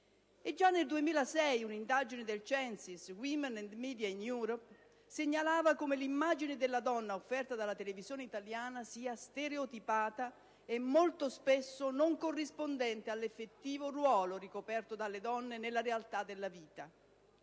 del progetto europeo «Women and Media in Europe», ha dimostrato come l'immagine della donna offerta dalla televisione italiana sia stereotipata e molto spesso non corrispondente all'effettivo ruolo ricoperto dalle donne nella realtà della vita